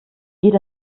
geht